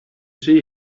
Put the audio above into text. see